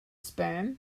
sperm